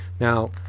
now